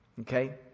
Okay